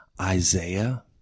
Isaiah